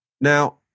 Now